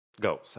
Go